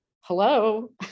Hello